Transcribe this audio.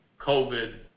COVID